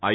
આઈ